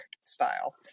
style